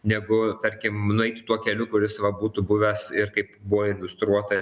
negu tarkim nueiti tuo keliu kuris va būtų buvęs ir kaip buvo iliustruota